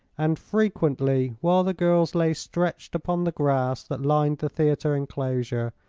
and frequently while the girls lay stretched upon the grass that lined the theatre enclosure,